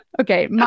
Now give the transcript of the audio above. Okay